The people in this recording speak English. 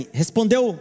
respondeu